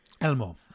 Elmo